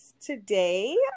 Today